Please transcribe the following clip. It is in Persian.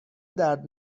درد